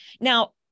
Now